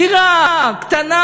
דירה קטנה,